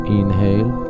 Inhale